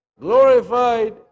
glorified